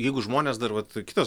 jeigu žmonės dar vat kitas